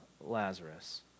Lazarus